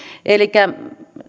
elikkä